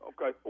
Okay